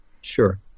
sure